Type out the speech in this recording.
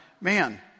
man